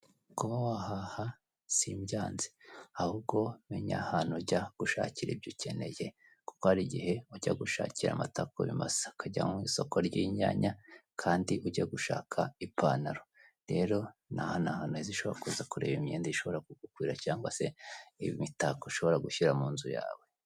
Kuba wahaha simbyanze ahubwo menya ahantu jya gushakira ibyo ukeneye kuko hari igihe ujya gushakira amata ku bimasa, ukajya mu isoko ry'inyanya kandi ujya gushaka ipantaro, rero n'aha hantu heza ushobora kuza kureba imyenda ishobora kukukwira cyangwa se imitako ushobora gushyira mu nzu yawe.